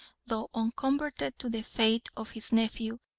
though unconverted to the faith of his nephew,